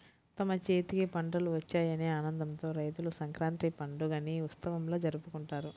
తమ చేతికి పంటలు వచ్చాయనే ఆనందంతో రైతులు సంక్రాంతి పండుగని ఉత్సవంలా జరుపుకుంటారు